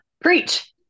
Preach